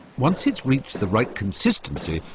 once it's reached the right consistency,